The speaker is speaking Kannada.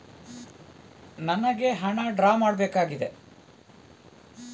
ನನಿಗೆ ಹಣ ಡ್ರಾ ಮಾಡ್ಬೇಕಾಗಿದೆ